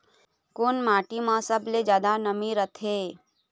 कोन माटी म सबले जादा नमी रथे?